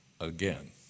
again